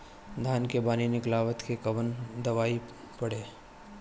धान के बाली निकलते के कवन दवाई पढ़े?